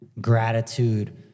gratitude